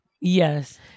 Yes